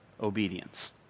obedience